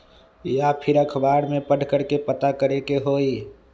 या फिर अखबार में पढ़कर के पता करे के होई?